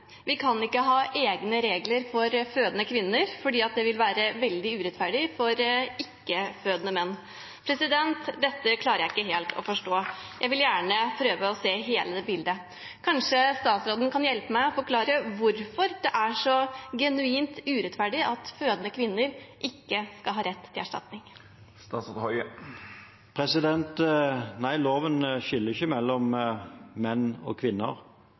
Vi kan ikke ha egne regler for fødende kvinner, for det vil være veldig urettferdig for ikke-fødende menn. Dette klarer jeg ikke helt å forstå. Jeg vil gjerne prøve å se hele bildet. Kanskje statsråden kan hjelpe meg og forklare hvorfor det er så genuint urettferdig at fødende kvinner skal ha rett til erstatning. Nei, loven skiller ikke mellom menn og kvinner.